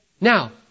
Now